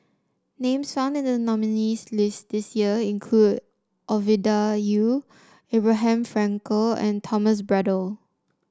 names found in the nominees' list this year include Ovidia Yu Abraham Frankel and Thomas Braddell